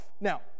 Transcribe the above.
Now